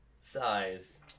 size